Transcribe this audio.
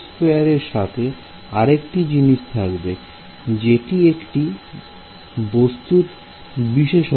এর সাথে আরেকটি জিনিস থাকবে যেটি একটি বস্তুর বিশেষত্ব